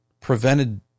prevented